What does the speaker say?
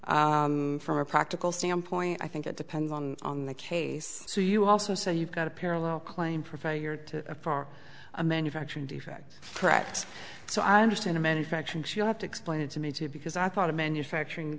prove from a practical standpoint i think it depends on the case so you also say you've got a parallel claim for failure to far a manufacturing defect right so i understand a manufacturing she'll have to explain it to me too because i thought a manufacturing